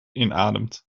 inademt